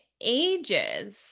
ages